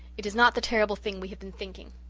it is not the terrible thing we have been thinking.